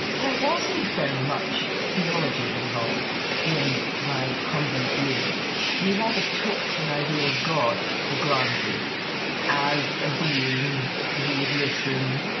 there wasn't very much theology involved in my convent years. we rather took the idea of god for granted as a being who would listen,